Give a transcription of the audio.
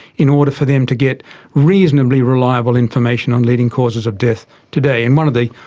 in order for them to get reasonably reliable information on leading causes of death today. and one of the